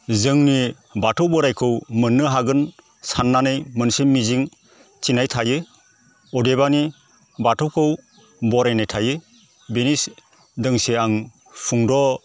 जोंनि बाथौ बोराइखौ मोननो हागोन साननानै मोनसे मिजिं थिनाय थायो अदेबानि बाथौखौ बरायनाय थायो बिनि दोंसे आं सुंद'